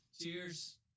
Cheers